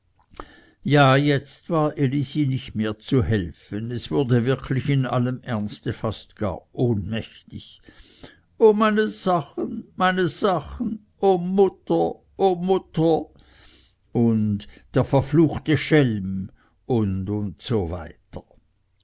ja jetzt war elisi nicht mehr zu helfen es wurde wirklich in allem ernste fast gar ohnmächtig o meine sachen meine sachen o mutter o mutter und der verfluchte schelm und usw